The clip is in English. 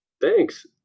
thanks